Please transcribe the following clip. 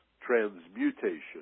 transmutation